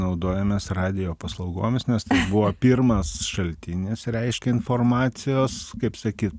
naudojomės radijo paslaugomis nes buvo pirmas šaltinis reiškia informacijos kaip sakyt